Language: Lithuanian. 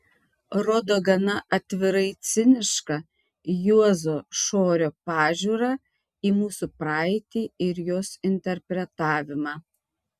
rodo gana atvirai cinišką juozo šorio pažiūrą į mūsų praeitį ir jos interpretavimą